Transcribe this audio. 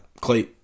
Clay